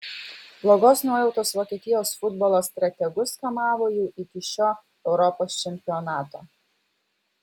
blogos nuojautos vokietijos futbolo strategus kamavo jau iki šio europos čempionato